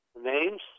Names